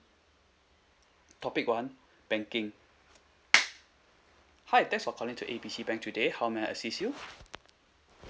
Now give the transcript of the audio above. topic one banking hi thanks for calling to A B C bank today how may I assist you